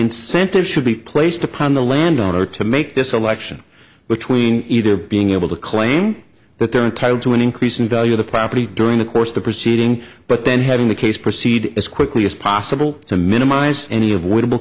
incentive should be placed upon the landowner to make this selection between either being able to claim that they're entitled to an increase in value of the property during the course of the proceeding but then having the case proceed as quickly as possible to minimize any avoidable